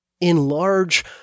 enlarge